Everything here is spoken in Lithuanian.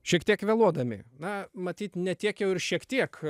šiek tiek vėluodami na matyt ne tiek jau ir šiek tiek